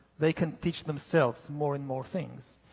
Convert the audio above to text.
they can teach themselves more and more things.